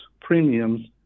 premiums